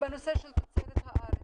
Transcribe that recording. בנושא של תוצרת כחול לבן,